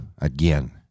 Again